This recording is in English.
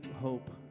hope